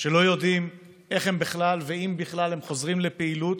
שלא יודעים איך בכלל ואם בכלל הם חוזרים לפעילות